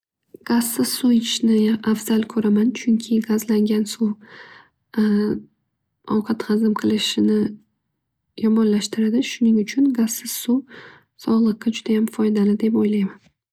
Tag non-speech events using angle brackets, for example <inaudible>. Gazsiz suv ichishni afzal ko'raman. Chunki gazsiz suv <hesitation> ovqat hazm qilishni yomonlashtiradi. Shuning uchun gazsiz suv sog'liqqa judayam foydali deb o'ylayman.